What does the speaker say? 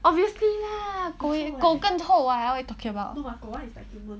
obviously lah 狗更臭 ah what you talking about